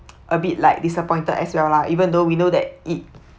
a bit like disappointed as well lah even though we know that it